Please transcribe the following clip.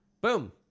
Boom